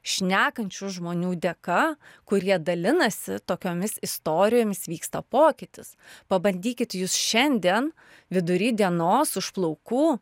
šnekančių žmonių dėka kurie dalinasi tokiomis istorijomis vyksta pokytis pabandykit jūs šiandien vidury dienos už plaukų